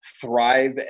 thrive